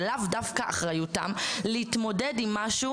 זה לאו דווקא אחריותם להתמודד עם משהו